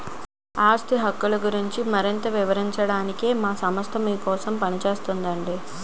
ఆస్తి హక్కు గురించి మరింత వివరించడానికే మా సంస్థ మీకోసం పనిచేస్తోందండి